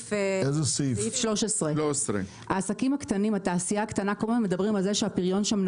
בסעיף 13. כל הזמן מדברים על זה שהפריון בעסקים